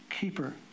Keeper